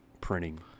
printing